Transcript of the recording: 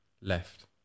left